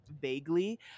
vaguely